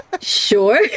sure